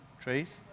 Trees